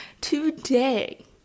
today